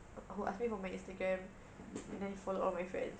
who asked me for my instagram then followed all my friends